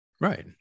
Right